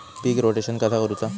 पीक rotation कसा करूचा?